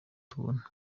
tubona